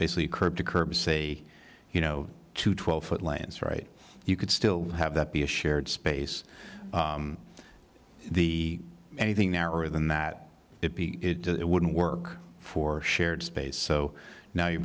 basically curb to curb say you know to twelve foot lands right you could still have that be a shared space the anything there are than that it wouldn't work for shared space so now you're